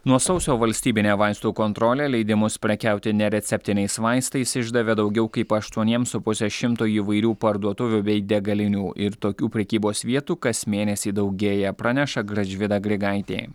nuo sausio valstybinė vaistų kontrolė leidimus prekiauti nereceptiniais vaistais išdavė daugiau kaip aštuoniems su puse šimto įvairių parduotuvių bei degalinių ir tokių prekybos vietų kas mėnesį daugėja praneša gražvyda grigaitė